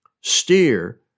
Steer